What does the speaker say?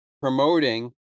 promoting